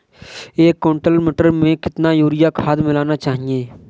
एक कुंटल मटर में कितना यूरिया खाद मिलाना चाहिए?